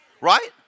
Right